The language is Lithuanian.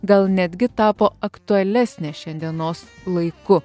gal netgi tapo aktualesnė šiandienos laiku